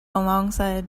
alongside